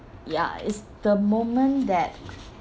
ya it's the moment that